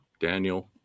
Daniel